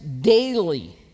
daily